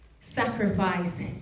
sacrifice